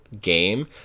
game